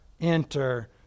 enter